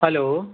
hello